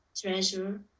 treasure